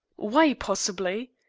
why possibly?